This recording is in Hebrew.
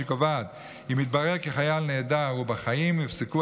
שקובעת כי אם יתברר כי חייל נעדר הוא בחיים יופסקו